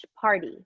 party